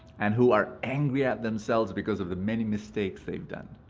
and who are angry at themselves, because of the many mistakes they've done.